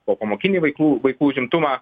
popamokinį vaikų vaikų užimtumą